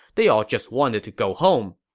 they all just wanted to go home.